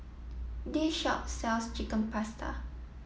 this shop sells Chicken Pasta